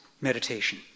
meditation